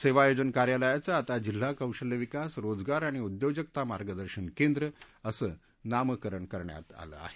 सेवायोजन कार्यालयाचं आता जिल्हा कौशल्य विकास रोजगार आणि उद्योजकता मार्गदर्शन केंद्र असं नामकरण करण्यात आलं आहे